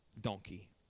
donkey